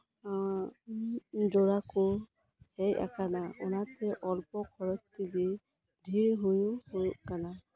ᱡᱚᱨᱟᱠᱚ ᱦᱮᱡ ᱟᱠᱟᱱᱟ ᱚᱱᱟᱛᱮ ᱚᱞᱯᱚ ᱠᱷᱚᱨᱚᱪ ᱛᱮᱜᱮ ᱰᱷᱮᱹᱨ ᱦᱩᱲᱩ ᱦᱩᱭᱩᱜ ᱠᱟᱱᱟ